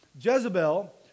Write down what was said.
Jezebel